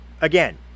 again